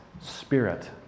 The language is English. spirit